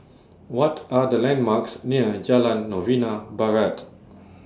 What Are The landmarks near Jalan Novena Barat